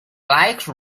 like